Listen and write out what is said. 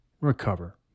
recover